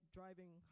driving